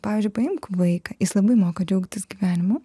pavyzdžiui paimk vaiką jis labai moka džiaugtis gyvenimu